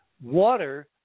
Water